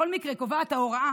בכל מקרה, ההוראה